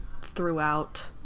throughout